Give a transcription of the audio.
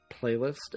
playlist